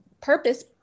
purpose